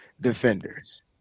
defenders